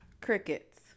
Crickets